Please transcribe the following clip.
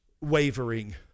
wavering